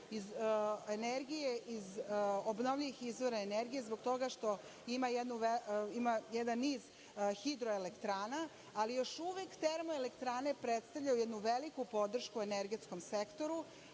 iz obnovljivih izvora energije zbog toga što ima jedan niz hidroelektrana, ali još uvek termoelektrane predstavljaju jednu veliku podršku energetskom sektoru.